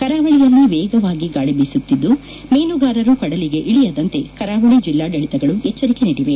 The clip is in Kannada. ಕರಾವಳಿಯಲ್ಲಿ ವೇಗವಾಗಿ ಗಾಳಿ ಬೀಸುತ್ತಿದ್ದು ಮೀನುಗಾರರು ಕಡಲಿಗೆ ಇಳಿಯದಂತೆ ಕರಾವಳಿ ಜಿಲ್ಲಾಡಳಿತಗಳು ಎಚ್ಚರಿಕೆ ನೀಡಿವೆ